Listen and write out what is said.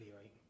right